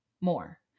more